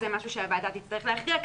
זה משהו שהוועדה תצטרך להכריע בו.